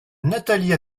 nathalie